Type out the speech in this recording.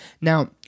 Now